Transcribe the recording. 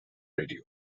radio